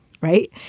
right